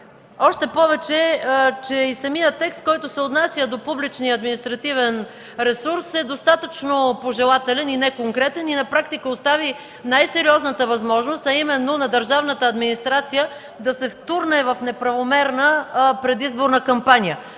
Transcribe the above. още повече че и самият текст, който се отнася до публичния административен ресурс, е достатъчно пожелателен и неконкретен и на практика остави най-сериозната възможност, а именно на държавната администрация да се втурне в неправомерна предизборна кампания.